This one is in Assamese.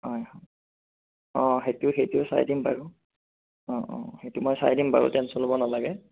হয় হয় অঁ সেইটো সেইটো চাই দিম বাৰু অঁ অঁ সেইটো মই চাই দিম বাৰু টেনচন ল'ব নালাগে